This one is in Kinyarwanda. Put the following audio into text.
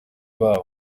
babo